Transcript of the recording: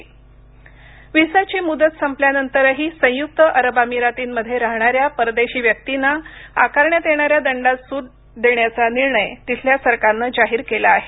Bharat UAE व्हिसाची मुदत संपल्यानंतरही संयुक्त अरब अमिरातींमध्ये राहणाऱ्या परदेशी व्यक्तींना आकारण्यात येणाऱ्या दंडात सूट देण्याचा निर्णय तिथल्या सरकारनं जाहीर केला आहे